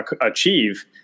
achieve